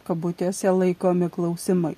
kabutėse laikomi klausimai